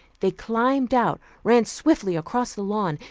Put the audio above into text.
they climbed out, ran swiftly across the lawn,